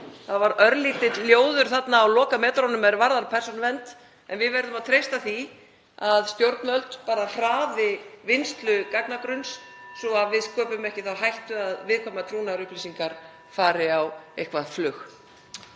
Það var örlítill ljóður þarna á lokametrunum er varðar persónuvernd en við verðum að treysta því að stjórnvöld hraði vinnslu gagnagrunns (Forseti hringir.) svo að við sköpum ekki þá hættu að viðkvæmar trúnaðarupplýsingar fari á eitthvert flug.